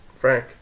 Frank